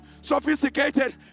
sophisticated